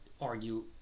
argue